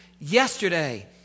Yesterday